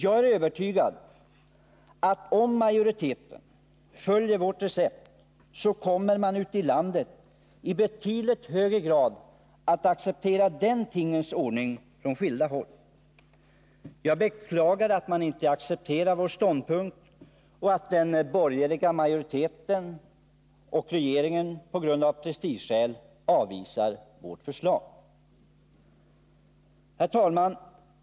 Jag är övertygad om att man, om majoriteten följer vårt recept, på skilda håll ute i landet i betydligt högre grad kommer att acceptera den tingens ordning som så småningom beslutas. Jag beklagar att man inte accepterar vår ståndpunkt och att den borgerliga majoriteten och regeringen av prestigeskäl avvisar vårt förslag. Herr talman!